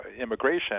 immigration